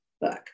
book